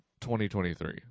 2023